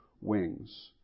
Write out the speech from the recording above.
wings